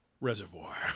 reservoir